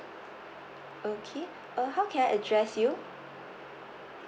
okay uh how can I address you